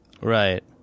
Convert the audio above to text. Right